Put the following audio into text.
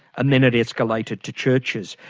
and then it escalated to churches.